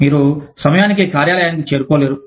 మీరు సమయానికి కార్యాలయానికి చేరుకోలేరు